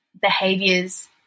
behaviors